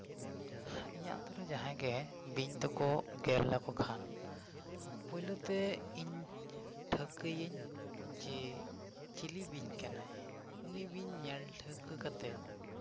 ᱤᱧᱟᱹᱜ ᱟᱹᱛᱩᱨᱮ ᱡᱟᱦᱟᱸᱭ ᱜᱮ ᱵᱤᱧ ᱛᱮᱠᱚ ᱜᱮᱨ ᱞᱮᱠᱚ ᱠᱷᱟᱱ ᱯᱳᱭᱞᱳ ᱛᱮ ᱤᱧ ᱴᱷᱟᱹᱣᱠᱟᱹᱭᱟᱹᱧ ᱡᱮ ᱪᱤᱞᱤ ᱵᱤᱧ ᱠᱟᱱᱟᱭ ᱩᱱᱤ ᱵᱤᱧ ᱧᱮᱞ ᱴᱷᱟᱹᱣᱠᱟᱹ ᱠᱟᱛᱮᱫ